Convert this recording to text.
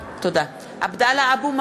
(קוראת בשמות חברי הכנסת) עבדאללה אבו מערוף,